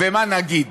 ומה נגיד?